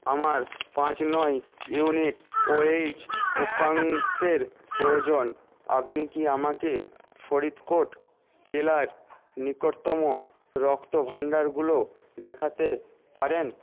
আমার পাঁচ নয় ইউনিট ওএইচ উপাংশের প্রয়োজন আপনি কি আমাকে ফরিদকোট জেলার নিকটতম রক্ত ভাণ্ডারগুলো দেখাতে পারেন